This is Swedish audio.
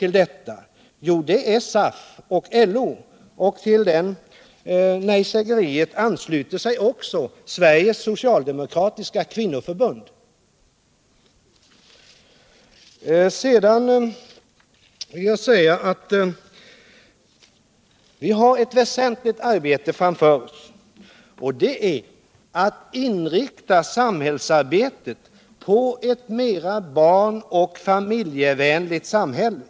Jo, det är SAF och LO. Till nejsägeriet ansluter sig också Sveriges socialdemokratiska kvinnoförbund. Vi har ett väsentligt arbete framför oss, nämligen att inrikta samhällsarbetet på att skapa ett mera barn och familjevänligt samhälle.